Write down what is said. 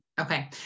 Okay